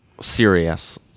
serious